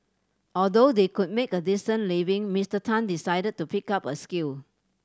although they could make a decent living Mister Tan decided to pick up a skill